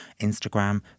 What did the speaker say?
Instagram